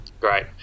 great